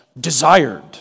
Desired